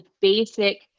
basic